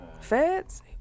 Feds